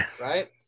right